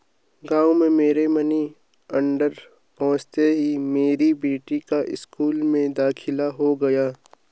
गांव में मेरा मनी ऑर्डर पहुंचते ही मेरी बेटी का स्कूल में दाखिला हो गया